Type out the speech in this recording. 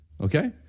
okay